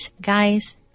guys